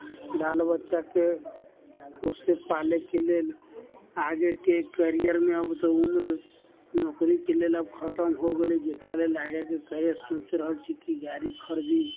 बाल बच्चाके पोसै पालैके लेल आगेके करियरमे अब तऽ उम्र नौकरीके लेल अब खतम हो गेलै जकरा लेल आगेके सोचि रहल छी कि गाड़ी खरीदी